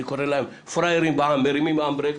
קורא להם "פראיירים בע"מ" מרימים הנדברקס,